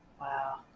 Wow